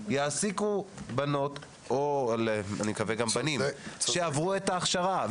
יעסיקו בנות ואני מקווה גם בנים שיעברו את ההכשרה,